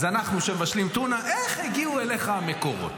אז אנחנו שמבשלים טונה, איך הגיעו אליך המקורות?